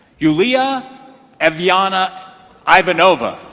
uliah eviana ivanova